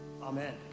Amen